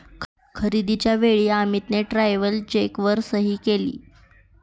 खरेदीच्या वेळी अमितने ट्रॅव्हलर चेकवर सही केली